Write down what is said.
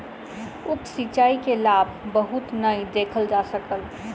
उप सिचाई के लाभ बहुत नै देखल जा सकल